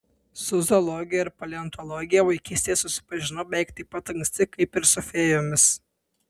su zoologija ir paleontologija vaikystėje susipažinau beveik taip pat anksti kaip ir su fėjomis